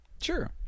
Sure